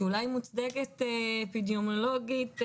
שאולי היא מוצדקת אפידמיולוגית-רפואית,